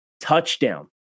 TOUCHDOWN